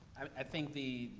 i, i think the,